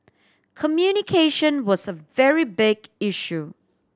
communication was a very big issue